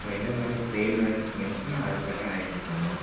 so எந்த மாதிரி style வேணும்னு சொன்னீங்கன்னா அதுக்குதக்கன அரேஞ்சி பண்ணுவோம்